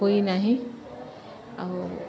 ହୋଇନାହିଁ ଆଉ